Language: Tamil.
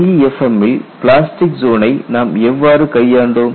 LEFM ல் பிளாஸ்டிக் ஜோனை நாம் எவ்வாறு கையாண்டோம்